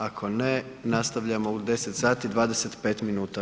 Ako ne, nastavljamo u 10 sati, 25 minuta.